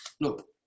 look